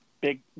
Big